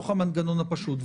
במנגנון הפשוט.